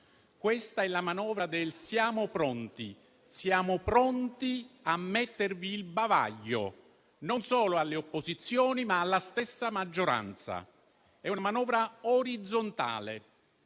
Questa è la manovra del siamo pronti, siamo pronti a mettervi il bavaglio, non solo alle opposizioni, ma alla stessa maggioranza. È una manovra orizzontale,